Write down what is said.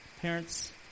parents